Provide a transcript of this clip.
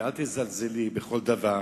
ואל תזלזלי בכל דבר,